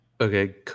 okay